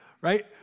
right